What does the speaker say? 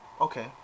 okay